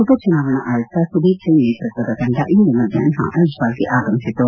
ಉಪಚುನಾವಣಾ ಆಯುಕ್ತ ಸುದೀವ್ ಜೈನ್ ನೇತೃತ್ವದ ತಂಡ ಇಂದು ಮಧ್ಯಾಪ್ನ ಐಜ್ವಾಲ್ಗೆ ಆಗಮಿಸಿತು